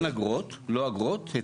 אין אגרות, לא אגרות.